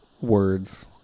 words